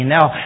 Now